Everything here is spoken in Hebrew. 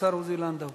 השר עוזי לנדאו